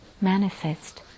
manifest